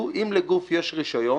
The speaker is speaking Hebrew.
אם לגוף יש רישיון,